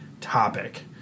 topic